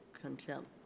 contempt